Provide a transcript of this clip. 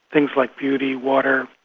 things like beauty, water,